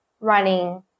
running